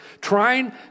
trying